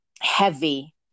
heavy